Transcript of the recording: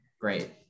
great